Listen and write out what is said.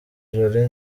jolly